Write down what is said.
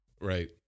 Right